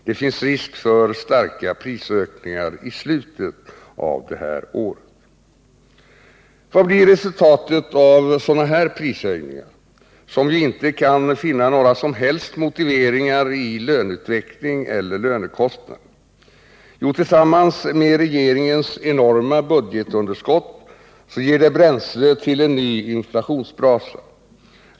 Det finns risk för starka prisökningar i slutet av året. Vad blir resultatet av sådana här prishöjningar, som ju inte kan finna några som helst motiveringar i löneutvecklingen eller i lönekostnaderna? Jo, tillsammans med regeringens enorma budgetunderskott ger det bränsle till en ny inflationsbrasa.